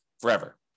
forever